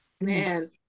man